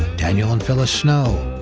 daniel and phyllis snow,